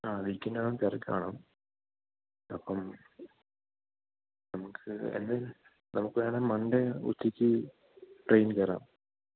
ആ വീക്കെൻഡാകുമ്പോള് തിരക്ക് കാണും അപ്പം നമുക്ക് എന്നാല് നമുക്ക് വേണമെങ്കില് മണ്ടേ ഉച്ചയ്ക്ക് ട്രെയിൻ കയറാം